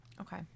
okay